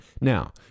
Now